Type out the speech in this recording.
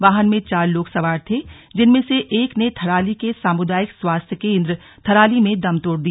वाहन में चार लोग सवार थे जिनमें से एक ने थराली के सामुदायिक स्वास्थ्य केंद्र थराली में दम तोड़ दिया